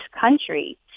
country